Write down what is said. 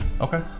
Okay